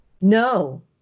No